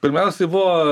pirmiausia buvo